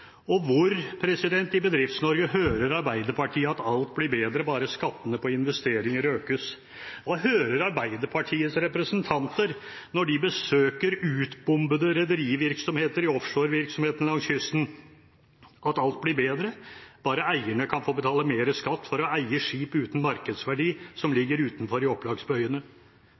Hvor i Bedrifts-Norge hører Arbeiderpartiet at alt blir bedre bare skattene på investeringer økes? Hva hører Arbeiderpartiets representanter når de besøker utbombede rederivirksomheter i offshorevirksomheten langs kysten – at alt blir bedre bare eierne kan få betale mer skatt for å eie skip uten markedsverdi som ligger utenfor i opplagsbøyene?